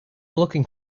looking